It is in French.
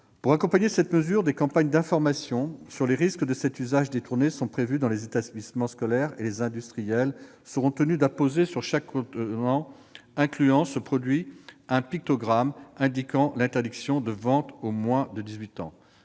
Pour accompagner cette mesure, des campagnes d'information sur les risques de cet usage détourné sont prévues dans les établissements scolaires. Quant aux industriels, ils seront tenus d'apposer sur chaque contenant incluant ce produit un pictogramme indiquant l'interdiction de vente aux moins de 18 ans.